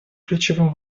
ключевым